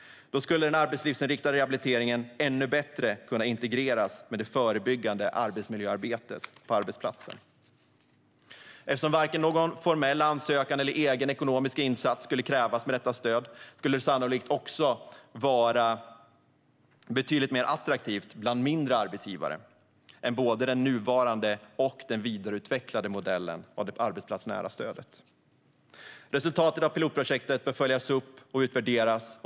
Då skulle den arbetslivsinriktade rehabiliteringen ännu bättre kunna integreras med det förebyggande arbetsmiljöarbetet på arbetsplatsen. Eftersom varken någon formell ansökan eller egen ekonomisk insats skulle krävas med detta stöd skulle det sannolikt också vara betydligt mer attraktivt bland mindre arbetsgivare än både den nuvarande och den vidareutvecklade modellen av det arbetsplatsnära stödet. Resultatet av pilotprojektet bör följas upp och utvärderas.